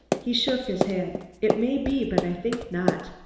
he shook his head. it may be, but i think not.